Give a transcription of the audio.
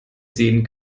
sehen